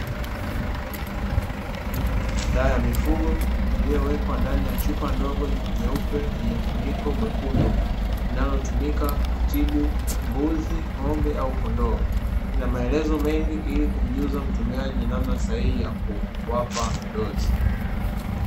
Dawa ya mifugo iliyowekwa ndani ya chupa ndogo nyeupe yenye mfuniko mwekundu, inayotumika kutibu mbuzi, ng'ombe au kondoo ina maelezo mengi ili kumjuza mtumiaji namna sahihi ya kuwapa dozi.